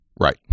right